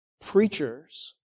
preachers